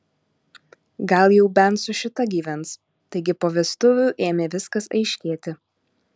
gal jau bent su šita gyvens taigi po vestuvių ėmė viskas aiškėti